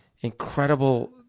incredible